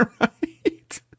right